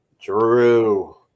Drew